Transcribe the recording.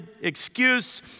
excuse